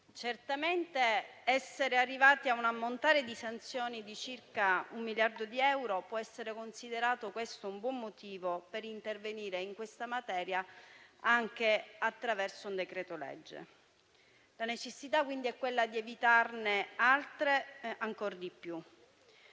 fatto di essere arrivati a un ammontare di sanzioni di circa un miliardo di euro può essere considerato certamente un buon motivo per intervenire in questa materia anche attraverso un decreto-legge. La necessità è quella di evitarne altre ancora.